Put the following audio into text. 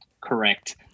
Correct